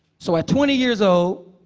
so at twenty years old,